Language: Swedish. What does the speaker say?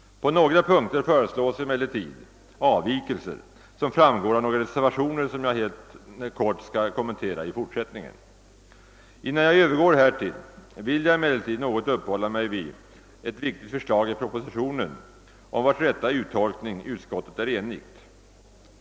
På några punkter föreslås emellertid avvikelser, som framgår av några reservationer, som jag helt kort skall kommentera i fortsättningen. Innan jag övergår härtill, vill jag emellertid något uppehålla mig vid ett viktigt förslag i propositionen, om vars rätta uttolkning utskottet är enigt.